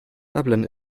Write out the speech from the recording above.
dublin